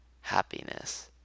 happiness